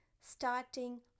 starting